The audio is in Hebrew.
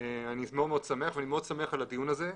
אני שמח מאוד על הדיון הזה.